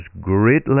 great